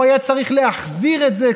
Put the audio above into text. הוא היה צריך להחזיר את זה,